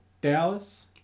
Dallas